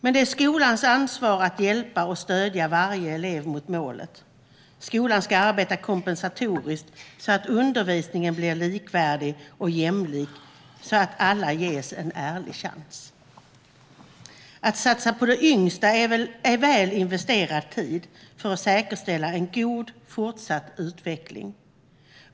Men det är skolans ansvar att hjälpa och stödja varje elev på vägen mot målet. Skolan ska arbeta kompensatoriskt, så att undervisningen blir likvärdig och jämlik och så att alla ges en ärlig chans. Att satsa på de yngsta är väl investerad tid för att säkerställa en god fortsatt utveckling.